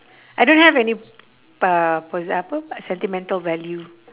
I don't have any uh posse~ apa sentimental value